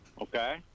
okay